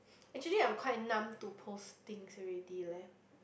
actually I'm quite numb to postings already leh